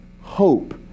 hope